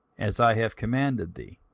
as i have commanded thee,